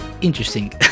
interesting